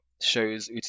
shows